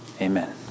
Amen